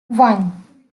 one